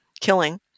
killing